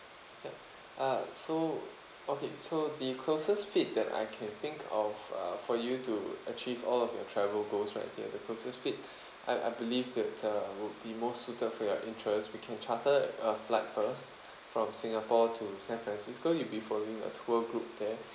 ya uh so okay so the closest fit that I can think of uh for you to achieve all of your travel goals right here the closest fit I I believe that uh would be more suited for your interest we can charter a flight first from singapore to san francisco you'll be following a tour group there